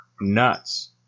Nuts